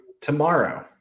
tomorrow